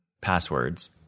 passwords